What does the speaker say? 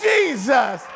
Jesus